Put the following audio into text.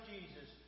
Jesus